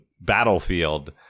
battlefield